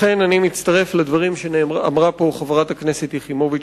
לכן אני מצטרף לדברים שאמרה פה חברת הכנסת יחימוביץ